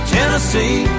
Tennessee